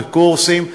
בקורסים.